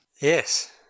Yes